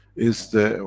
it's the,